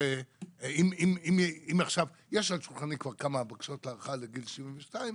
יש על שולחני כבר כמה בקשות להארכה לגיל 72,